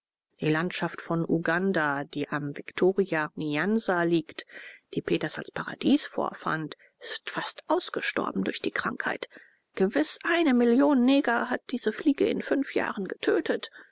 die landschaft von uganda die am viktoria nyansa liegt die peters als paradies vorfand ist fast ausgestorben durch die krankheit gewiß eine million neger hat diese fliege in fünf jahren getötet